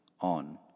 on